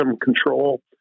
control